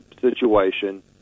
situation